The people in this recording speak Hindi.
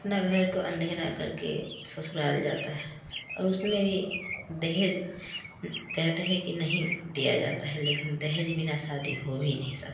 अपना घर को अँधेरा कर के ससुराल जाता है और उसमें भी दहेज़ कहते हैं कि नहीं दिया जाता है लेकिन देहज़ बिना शादी हो भी नहीं सकता है